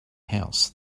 house